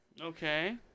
Okay